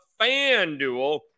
FanDuel